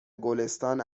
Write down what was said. گلستان